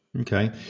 Okay